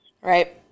Right